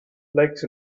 flakes